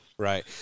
Right